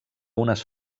unes